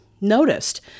noticed